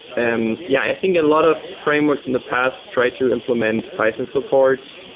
and yeah, i think a lot of frameworks in the past try to implement python support,